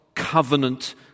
covenant